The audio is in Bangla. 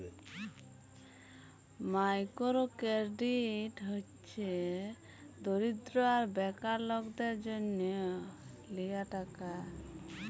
মাইকোরো কেরডিট হছে দরিদ্য আর বেকার লকদের জ্যনহ লিয়া টাকা